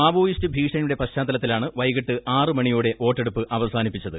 Maoist ഭീഷണിയുടെ പശ്ചാത്തലത്തിലാണ് വൈകിട്ട് ആറ് മണിയോടെ വോട്ടെടുപ്പ് അവസാനിപ്പിച്ചത്